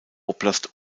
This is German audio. oblast